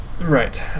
Right